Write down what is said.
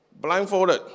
blindfolded